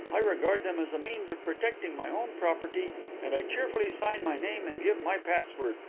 i regard them as a means of protecting my own property and i cheerfully sign my name and give my password,